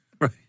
Right